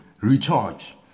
recharge